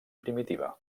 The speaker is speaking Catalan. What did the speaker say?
primitiva